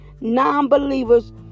non-believers